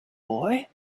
boy